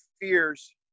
fears